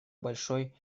большой